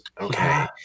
okay